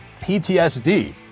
PTSD